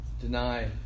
Deny